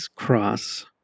Cross